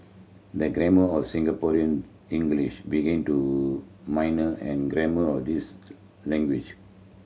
the grammar of Singaporean English begin to minor and grammar of these language